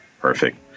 Perfect